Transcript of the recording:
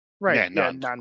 Right